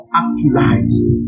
actualized